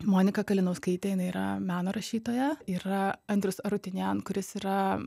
monika kalinauskaitė jinai yra meno rašytoja yra andrius arutiunian kuris yra